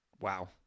wow